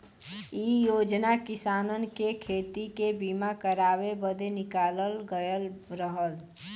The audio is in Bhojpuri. इ योजना किसानन के खेती के बीमा करावे बदे निकालल गयल रहल